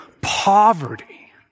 poverty